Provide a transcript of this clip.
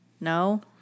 No